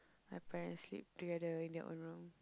my parents sleep together in their own room